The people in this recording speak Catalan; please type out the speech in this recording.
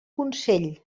consell